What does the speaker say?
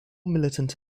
militant